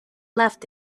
left